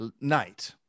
Night